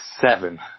seven